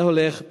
זה הולך ביחד.